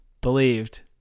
believed